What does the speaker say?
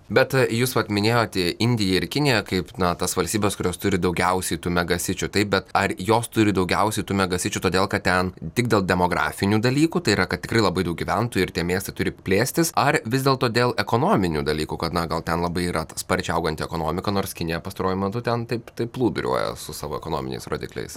bet jūs vat minėjot indiją ir kiniją kaip na tas valstybes kurios turi daugiausiai tų mega sičių taip bet ar jos turi daugiausiai tų mega sičių todėl kad ten tik dėl demografinių dalykų tai yra kad tikrai labai daug gyventojų ir tie miestai turi plėstis ar vis dėlto dėl ekonominių dalykų kad na gal ten labai yra ta sparčiai auganti ekonomika nors kinija pastaruoju metu ten taip taip plūduriuoja su savo ekonominiais rodikliais